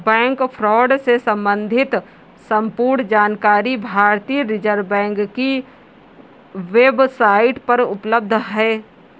bank fraud से सम्बंधित संपूर्ण जानकारी भारतीय रिज़र्व बैंक की वेब साईट पर उपलब्ध है